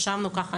ישבנו ככה,